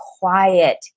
quiet